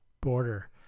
border